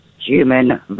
human